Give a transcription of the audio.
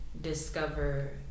discover